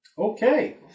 Okay